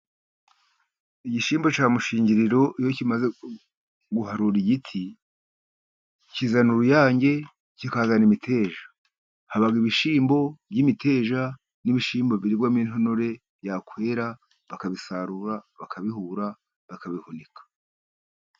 Igishyimbo cya mushingiriro iyo kimaze guharura igiti, kizana uruyange, kikazana imiteja. Haba ibishimbo by'imiteja, n'ibishimbo birirwamo intonore, byakwera bakabisarura, bakabihura, bakabihunika.